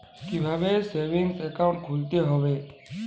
কীভাবে savings account খুলতে হবে?